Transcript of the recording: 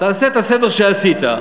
תעשה את הסדר שעשית,